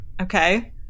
okay